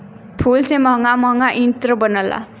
फूल से महंगा महंगा इत्र बनला